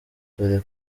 dore